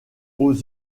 aux